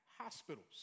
hospitals